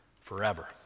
forever